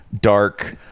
dark